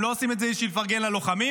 הם לא עושים את זה בשביל לפרגן ללוחמים.